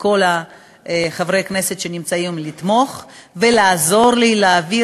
מכל חברי הכנסת שנמצאים לתמוך ולעזור לי להעביר